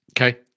Okay